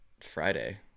Friday